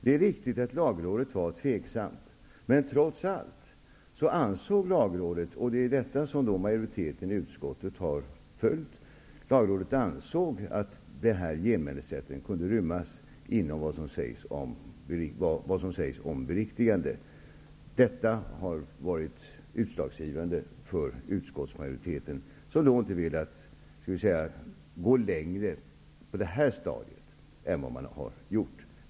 Det är riktigt att Lagrådet var tveksamt, men trots allt ansåg Lagrådet att genmälesrätten kunde rymmas inom det som sägs om beriktigande. Detta har majoriteten i utskottet följt. Detta har varit utslagsgivande för utskottsmajoriteten, som inte har velat gå längre på det här stadiet än vad man har gjort.